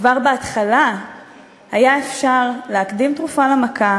כבר בהתחלה היה אפשר להקדים תרופה למכה